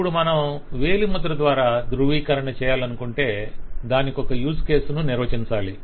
ఇప్పుడు మనం వేలిముద్ర ద్వారా ధ్రువీకరణ చేయాలనుకొంటే దానికొక యూస్ కేసు ని నిర్వచించాలి